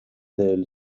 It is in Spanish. del